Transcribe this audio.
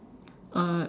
uh